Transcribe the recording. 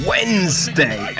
Wednesday